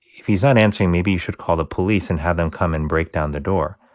if he's not answering, maybe you should call the police and have them come and break down the door.